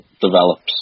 develops